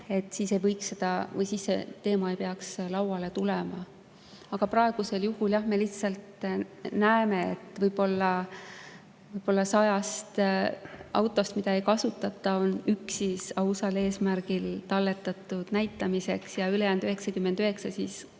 ei peaks see teema lauale tulema. Aga praegusel juhul me lihtsalt näeme, et võib-olla 100 autost, mida ei kasutata, on üks ausal eesmärgil talletatud näitamiseks ja ülejäänud 99 võib-olla